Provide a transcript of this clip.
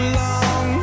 long